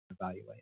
evaluate